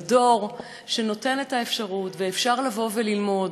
על דור שנותן את האפשרות, ואפשר לבוא וללמוד,